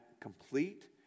complete